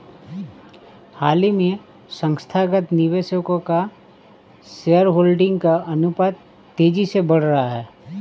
हाल ही में संस्थागत निवेशकों का शेयरहोल्डिंग का अनुपात तेज़ी से बढ़ रहा है